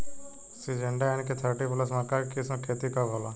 Syngenta NK thirty plus मक्का के किस्म के खेती कब होला?